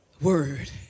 word